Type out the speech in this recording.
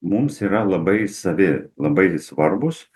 mums yra labai savi labai svarbūs